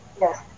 Yes